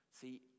See